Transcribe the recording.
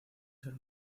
ser